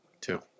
Two